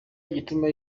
igituma